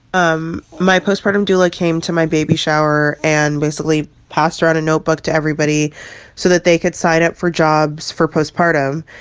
um my postpartum doula came to my baby shower and basically passed out a notebook to everybody so that they could sign up for jobs for postpartum.